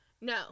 No